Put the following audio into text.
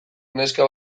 neska